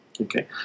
Okay